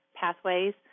pathways